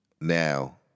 now